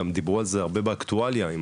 דיברו על זה הרבה באקטואליה עם